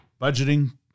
budgeting